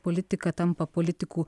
politika tampa politikų